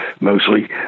mostly